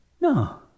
No